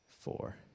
four